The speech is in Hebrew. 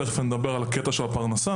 ותכף אני אדבר על עניין הפרנסה.